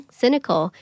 cynical